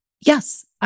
Yes